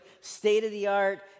state-of-the-art